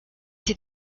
hier